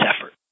effort